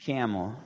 Camel